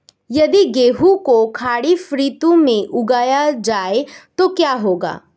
यदि गेहूँ को खरीफ ऋतु में उगाया जाए तो क्या होगा?